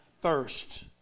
thirst